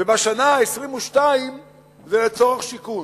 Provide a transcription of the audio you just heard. ובשנה ה-22 זה לצורך שיכון,